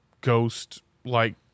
ghost-like